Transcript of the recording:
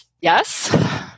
Yes